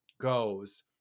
goes